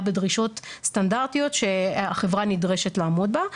בדרישות סטנדרטיות שהחברה נדרשת לעמוד בה.